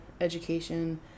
education